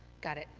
got it.